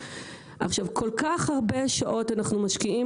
עכשיו כל כך הרבה שעות אנחנו משקיעים